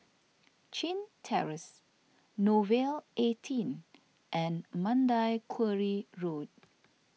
Chin Terrace Nouvel eighteen and Mandai Quarry Road